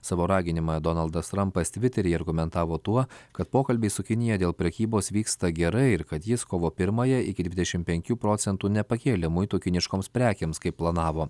savo raginimą donaldas trumpas tviteryje argumentavo tuo kad pokalbiai su kinija dėl prekybos vyksta gerai ir kad jis kovo pirmąją iki dvidešimt penkių procentų nepakėlė muitų kiniškoms prekėms kaip planavo